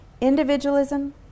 individualism